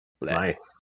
Nice